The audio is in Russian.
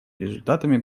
результатами